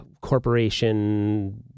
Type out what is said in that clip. corporation